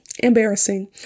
Embarrassing